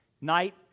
night